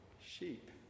sheep